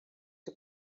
que